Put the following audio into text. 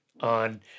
on